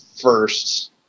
first